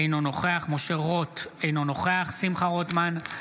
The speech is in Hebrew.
אינו נוכח משה רוט, אינו נוכח שמחה רוטמן,